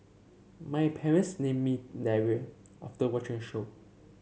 my parents named me Daryl after watching a show